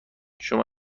شما